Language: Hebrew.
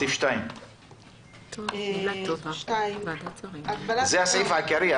סעיף 2. זה הסעיף העיקרי.